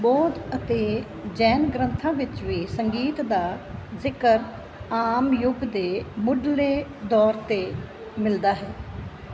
ਬੌਧ ਅਤੇ ਜੈਨ ਗ੍ਰੰਥਾਂ ਵਿੱਚ ਵੀ ਸੰਗੀਤ ਦਾ ਜ਼ਿਕਰ ਆਮ ਯੁੱਗ ਦੇ ਮੁੱਢਲੇ ਦੌਰ ਤੋਂ ਮਿਲਦਾ ਹੈ